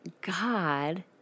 God